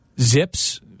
Zips